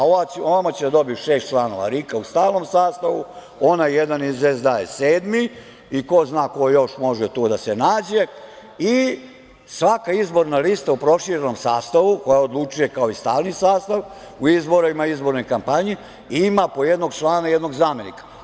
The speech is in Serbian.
Ovamo će da dobiju šest članova RIK-a u stalnom sastavu, onaj jedan iz SDA je sedmi, i ko zna ko još može tu da se nađe i svaka izborna lista u proširenom sastavu koja odlučuje kao i stalni sastav u izborima i izbornoj kampanji ima po jednog člana i jednog zamenika.